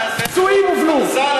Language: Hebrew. פצועים הובלו, אתה רוצה,